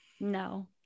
No